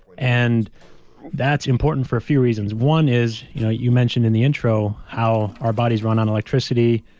and that's important for a few reasons. one is, you know you mentioned in the intro how our bodies run on electricity,